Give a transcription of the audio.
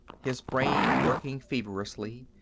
his brain working feverishly,